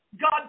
God